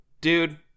Dude